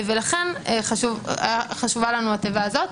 לכן חשובה לנו התיבה הזאת.